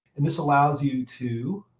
and this allows you to,